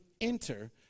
enter